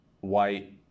white